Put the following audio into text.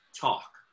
talk